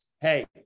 hey